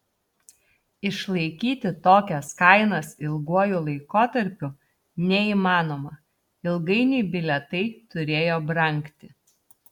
išlaikyti tokias kainas ilguoju laikotarpiu neįmanoma ilgainiui bilietai turėjo brangti